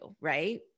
right